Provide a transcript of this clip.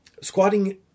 Squatting